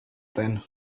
then